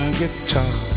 guitar